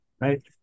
right